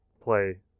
play